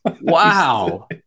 Wow